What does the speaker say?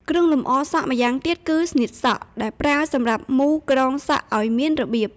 គ្រឿងលម្អសក់ម្យ៉ាងទៀតគឺ "ស្នៀតសក់" ដែលប្រើសម្រាប់មូរក្រងសក់ឱ្យមានរបៀប។